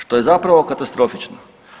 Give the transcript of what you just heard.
Što je zapravo katastrofično.